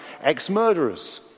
ex-murderers